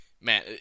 man